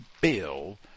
bill